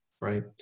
right